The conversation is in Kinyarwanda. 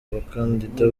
abakandida